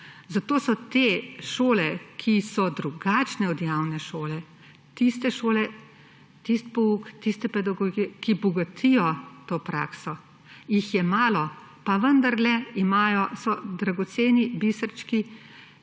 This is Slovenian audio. Zato so te šole, ki so drugačne od javne šole, tiste šole, tisti pouk, tiste pedagogike, ki bogatijo to prakso, jih je malo, pa vendarle so dragoceni biserčki,